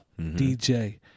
DJ